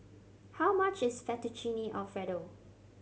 how much is Fettuccine Alfredo